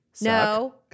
No